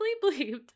believed